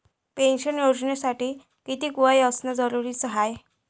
Pension योजनेसाठी कितीक वय असनं जरुरीच हाय?